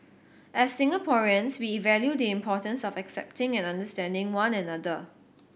as Singaporeans we value the importance of accepting and understanding one another